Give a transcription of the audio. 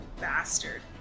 bastard